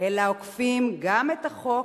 אלא עוקפים גם את החוק